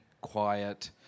quiet